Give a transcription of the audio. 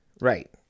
right